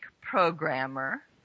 programmer